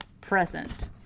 present